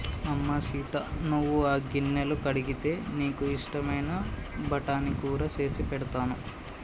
అమ్మ సీత నువ్వు ఆ గిన్నెలు కడిగితే నీకు ఇష్టమైన బఠానీ కూర సేసి పెడతాను